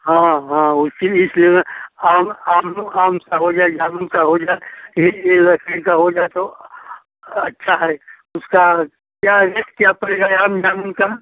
हाँ हाँ उसीलिए इसलिए ना आम आमू आम चाहे हो जाए जामुन का हो जाए यही यह लकड़ी का हो जाए तो अच्छा है उसका क्या रेट क्या पड़ेगा आम जामुन का